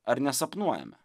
ar nesapnuojame